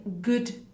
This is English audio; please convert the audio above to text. good